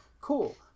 cool